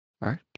right